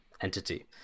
entity